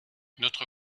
notre